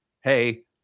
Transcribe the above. hey